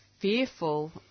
fearful